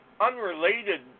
unrelated